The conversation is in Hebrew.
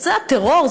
זה הטרור,